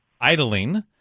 idling